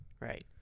right